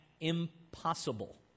impossible